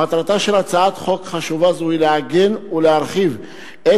מטרתה של הצעת חוק חשובה זו היא לעגן ולהרחיב את